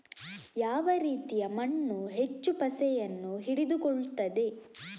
ಯಾವ ರೀತಿಯ ಮಣ್ಣು ಹೆಚ್ಚು ಪಸೆಯನ್ನು ಹಿಡಿದುಕೊಳ್ತದೆ?